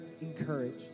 encouraged